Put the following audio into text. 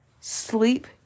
sleep